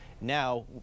now